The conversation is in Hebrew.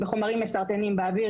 בחומרים מסרטנים באוויר.